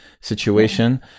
situation